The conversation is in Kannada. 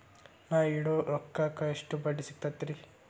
ನಾ ಇಡೋ ರೊಕ್ಕಕ್ ಎಷ್ಟ ಬಡ್ಡಿ ಸಿಕ್ತೈತ್ರಿ?